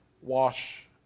wash